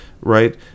right